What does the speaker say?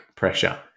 pressure